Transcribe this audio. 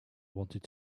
wanted